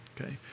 Okay